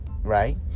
right